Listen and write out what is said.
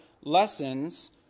lessons